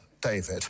David